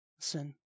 Listen